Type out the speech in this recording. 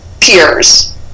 peers